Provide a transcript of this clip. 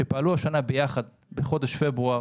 שפעלו השנה יחד בחודש פברואר